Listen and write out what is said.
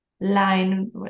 line